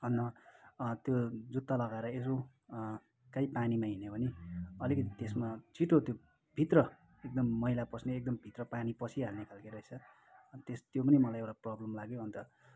अन्त त्यो जुत्ता लगाएर यसो कहीँ पानीमा हिँड्यो भने अलिकति त्यसमा छिटो त्योभित्र एकदम मैला पस्ने एकदम भित्र पानी पसिहाल्ने खालको रहेछ अनि त्यस त्यो पनि मलाई एउटा प्रब्लम लाग्यो अन्त